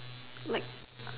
like